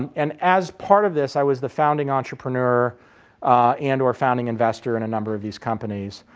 um and as part of this i was the founding entrepreneur and or founding investor in a number of these companies.